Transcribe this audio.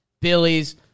Billy's